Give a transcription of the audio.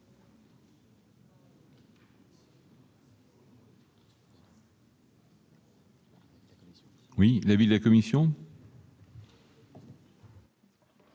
est l'avis de la commission ?